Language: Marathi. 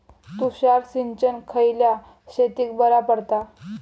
तुषार सिंचन खयल्या शेतीक बरा पडता?